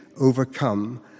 overcome